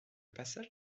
passage